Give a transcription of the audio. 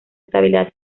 estabilidad